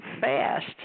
fast